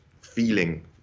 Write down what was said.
feeling